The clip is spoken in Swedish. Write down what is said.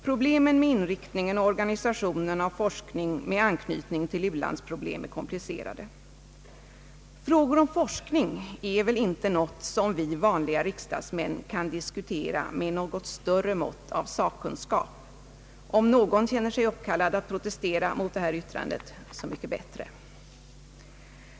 Problemen med inriktningen och organisationen av forskning med anknytning till u-landsproblem är komplicerade. Frågor om forskning är väl inte något som vi vanliga riksdagsmän kan diskutera med något större mått av sakkunskap. Om någon känner sig uppkallad att protestera mot detta yttrande, så är det så mycket bättre.